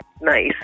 nice